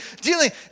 dealing